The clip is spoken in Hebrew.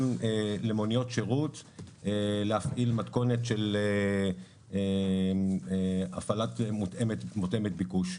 למוניות שירות להפעיל מתכונת של הפעלה מותאמת ביקוש.